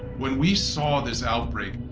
when we saw this outbreak,